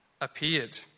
appeared